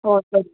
okay